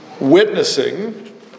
Witnessing